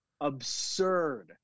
absurd